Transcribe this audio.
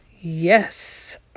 Yes